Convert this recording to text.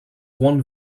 one